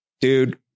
dude